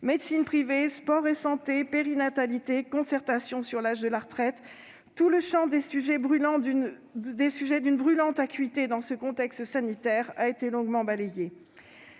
médecine privée, sport et santé, périnatalité, concertation sur l'âge de la retraite ... tout le champ des sujets d'une brûlante acuité dans ce contexte sanitaire a été longuement balayé.